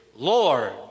Lord